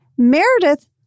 Meredith